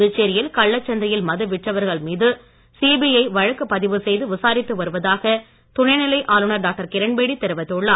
புதுச்சேரியில் கள்ளச் சந்தையில் மது விற்றவர்கள் மீது சிபிஐ வழக்கு பதிவு செய்து விசாரித்து வருவதாக துணைநிலை ஆளுநர் டாக்டர் கிரண் பேடி தெரிவித்துள்ளார்